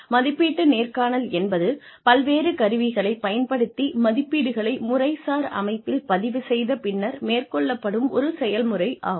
மதிப்பீட்டு நேர்காணல் என்பது பல்வேறு கருவிகளைப் பயன்படுத்தி மதிப்பீடுகளை முறைசார் அமைப்பில் பதிவு செய்த பின்னர் மேற்கொள்ளப்படும் ஒரு செயல்முறையாகும்